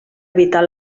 evitar